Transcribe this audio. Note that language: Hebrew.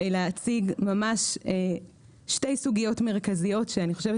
אלא אציג שתי סוגיות מרכזיות שאני חושבת